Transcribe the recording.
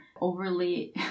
overly